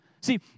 See